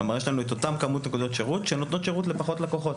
יש לנו את אותן כמות נקודות שירות שהן נותנות שירות לפחות לקוחות.